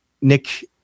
Nick